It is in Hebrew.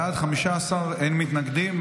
בעד, 15, אין מתנגדים.